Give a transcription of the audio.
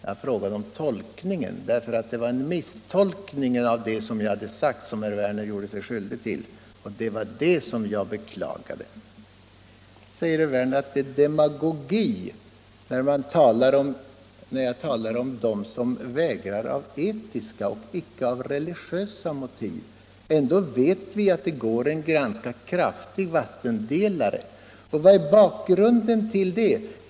Jag frågade om tolkningen av mina ord, eftersom herr Werner gjorde sig skyldig till en misstolkning av det jag hade sagt, och det var det jag beklagade. Herr Werner säger att det är demagogi när jag talar om dem som vägrar av etiska och icke av religiösa motiv. Ändå vet vi att det går en ganska kraftig vattendelare mellan dessa. Och vad är bakgrunden till det?